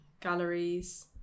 galleries